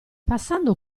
passando